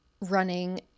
running